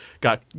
got